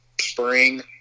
spring